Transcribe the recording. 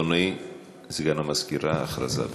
אדוני סגן המזכירה, הודעה.